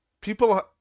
people